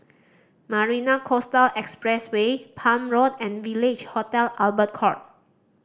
Marina Coastal Expressway Palm Road and Village Hotel Albert Court